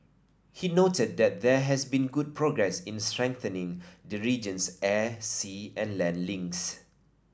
he noted that there has been good progress in strengthening the region's air sea and land links